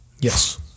Yes